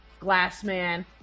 Glassman